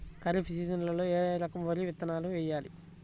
ఖరీఫ్ సీజన్లో ఏ రకం వరి విత్తనాలు వేయాలి?